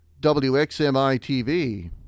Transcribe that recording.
WXMI-TV